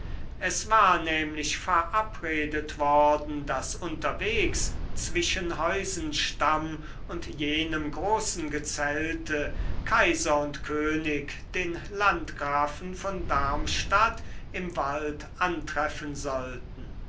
es war nämlich verabredet worden daß unterwegs zwischen heusenstamm und jenem großen gezelte kaiser und könig den landgrafen von darmstadt im wald antreffen sollten